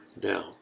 down